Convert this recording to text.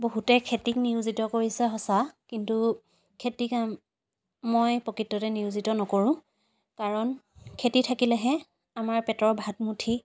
বহুতে খেতিক নিয়োজিত কৰিছে সঁচা কিন্তু খেতি কাম মই প্ৰকৃততে নিয়োজিত নকৰোঁ কাৰণ খেতি থাকিলেহে আমাৰ পেটৰ ভাতমুঠি